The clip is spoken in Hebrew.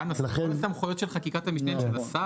כאן רוב הסמכויות של חקיקת המשנה הן של השר.